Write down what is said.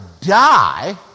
die